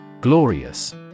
Glorious